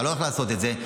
אתה לא הולך לעשות את זה,